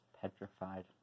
petrified